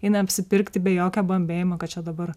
eina apsipirkti be jokio bambėjimo kad čia dabar